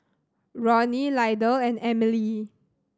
Ronny Lydell and Emilie